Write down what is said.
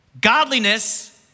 Godliness